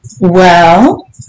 Well